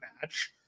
match